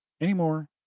anymore